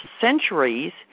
centuries